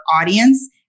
audience